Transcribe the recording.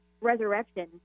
resurrection